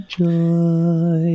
joy